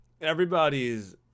everybody's